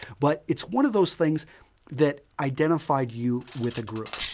but it's one of those things that identified you with a group.